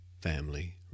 Family